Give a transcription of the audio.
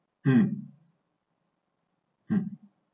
um um